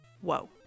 Whoa